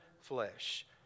flesh